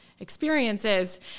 experiences